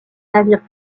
navires